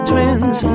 Twins